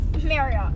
Marriott